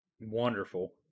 wonderful